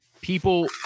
people